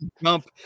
Trump